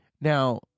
Now